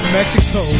Mexico